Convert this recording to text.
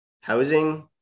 housing